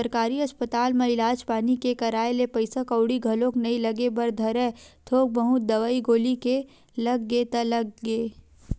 सरकारी अस्पताल म इलाज पानी के कराए ले पइसा कउड़ी घलोक नइ लगे बर धरय थोक बहुत दवई गोली के लग गे ता लग गे